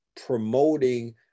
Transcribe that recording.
promoting